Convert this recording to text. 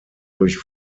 durch